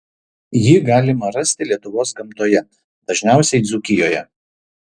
jį galima rasti lietuvos gamtoje dažniausiai dzūkijoje